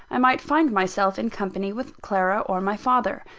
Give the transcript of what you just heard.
i might find myself in company with clara or my father.